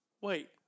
wait